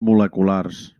moleculars